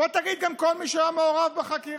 בוא תגיד שגם כל מי שהיה מעורב בחקירה,